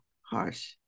harsh